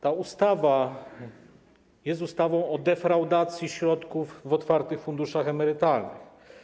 Ta ustawa jest ustawą o defraudacji środków w otwartych funduszach emerytalnych.